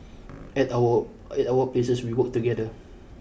at our at our places we work together